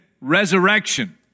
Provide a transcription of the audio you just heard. resurrection